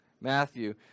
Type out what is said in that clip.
Matthew